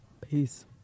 peace